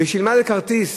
ושילמה לכרטיס.